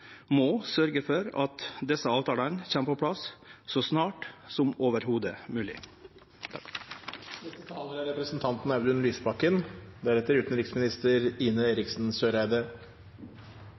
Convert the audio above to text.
må sørgje for at desse avtalane kjem på plass så snart som